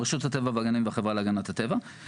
רשות הטבע והגנים והחברה להגנת הטבע,